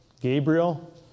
Gabriel